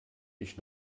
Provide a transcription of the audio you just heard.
ich